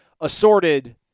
assorted